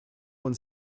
one